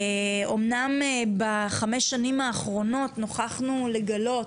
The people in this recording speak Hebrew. אמנם בחמש השנים האחרונות נוכחנו לגלות